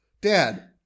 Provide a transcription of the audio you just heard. dad